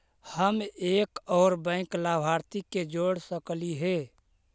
हम एक और बैंक लाभार्थी के जोड़ सकली हे?